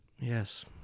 Yes